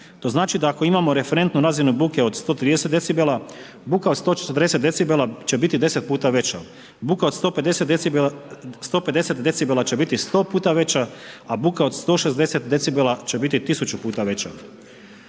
To znači da ako imamo referentnu razinu buke od 130 decibela, buka od 140 decibela će biti 10 puta veća. Buka od 150 decibela će biti 100 puta veća, a buka od 160 decibela će biti tisuću puta veća.